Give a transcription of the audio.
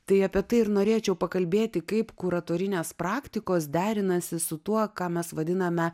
tai apie tai ir norėčiau pakalbėti kaip kuratorinės praktikos derinasi su tuo ką mes vadiname